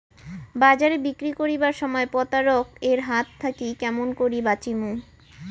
বাজারে বিক্রি করিবার সময় প্রতারক এর হাত থাকি কেমন করি বাঁচিমু?